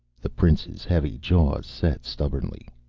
the prince's heavy jaws set stubbornly.